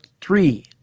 three